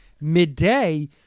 midday